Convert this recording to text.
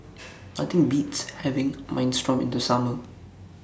Nothing Beats having Minestrone in The Summer